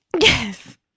Yes